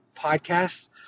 podcast